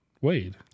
Wade